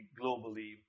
globally